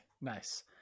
nice